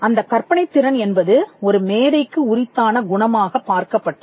அந்தக் கற்பனை திறன் என்பது ஒரு மேதைக்கு உரித்தான குணமாகப் பார்க்கப்பட்டது